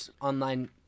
online